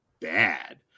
bad